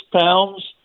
pounds